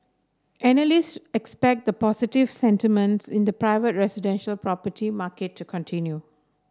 analysts expect the positive sentiments in the private residential property market to continue